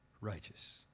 righteous